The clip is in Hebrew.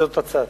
זאת הצעתי.